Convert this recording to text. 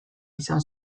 izan